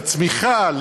לצמיחה,